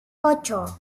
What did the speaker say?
ocho